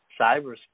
cyberspace